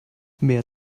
mehr